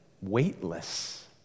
weightless